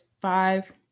five